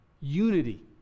unity